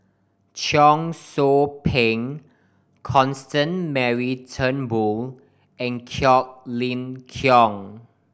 Cheong Soo Pieng Constance Mary Turnbull and Quek Ling Kiong